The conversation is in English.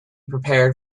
prepared